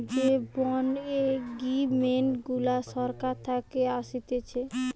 যে bond agreement গুলা সরকার থাকে আসতেছে